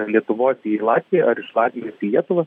lietuvos į latviją ar iš latvijos į lietuvą